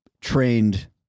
trained